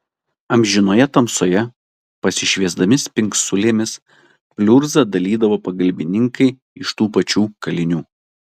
amžinoje tamsoje pasišviesdami spingsulėmis pliurzą dalydavo pagalbininkai iš tų pačių kalinių